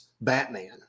Batman